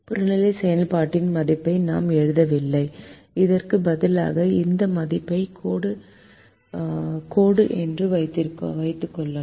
புறநிலை செயல்பாட்டின் மதிப்பை நாம் எழுதவில்லை அதற்கு பதிலாக இந்த மதிப்பை கோடு என்று வைத்திருக்கிறோம்